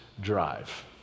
drive